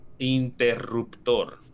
Interruptor